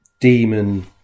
demon